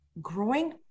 growing